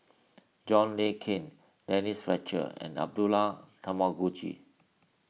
John Le Cain Denise Fletcher and Abdullah Tarmugi